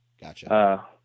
gotcha